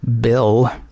Bill